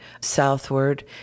southward